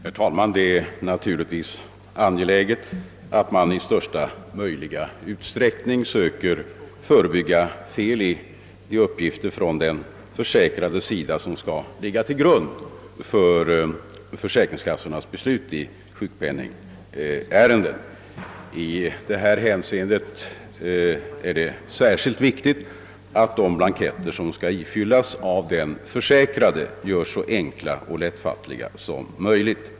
Herr talman! Det är naturligtvis angeläget att i största möjliga utsträckning söka förebygga fel i de uppgifter från den försäkrade, vilka skall ligga till grund för försäkringskassornas beslut i sjukpenningärenden. I detta hänseende är det särskilt viktigt att de blanketter som skall ifyllas av den försäkrade görs så enkla och lättfattliga som möjligt.